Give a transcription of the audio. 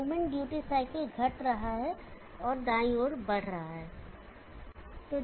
movement duty cycle घट रहा है दाईं ओर बढ़ रहा है